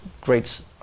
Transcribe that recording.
great